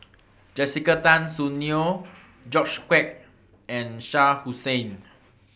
Jessica Tan Soon Neo George Quek and Shah Hussain